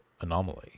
anomaly